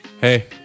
Hey